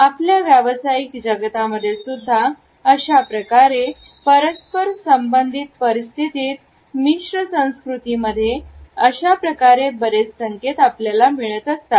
आपल्या व्यावसायिक जगतामध्ये सुद्धा अशाप्रकारे परस्पर संबंधित परिस्थितीत मिश्र संस्कृतीमध्ये अशाप्रकारे बरेच संकेत आपल्याला मिळत असतात